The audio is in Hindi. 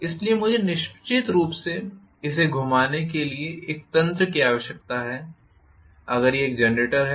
इसलिए मुझे निश्चित रूप से इसे घुमाने के लिए एक तंत्र की आवश्यकता है अगर यह एक जनरेटर है